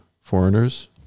foreigners